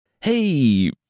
Hey